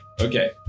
Okay